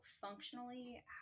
functionally